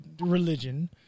religion